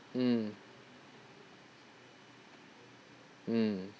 mm mm